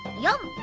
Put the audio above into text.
young,